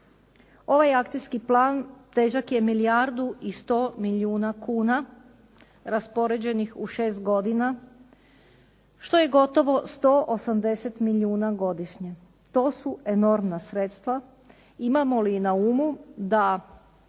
Ovaj akcijski plan težak je milijardu i 100 milijuna kuna raspoređenih u šest godina što je gotovo 180 milijuna godišnje. To su enormna sredstva. Imamo li na umu da